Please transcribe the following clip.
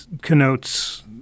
connotes